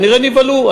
כנראה נבהלו,